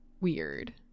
weird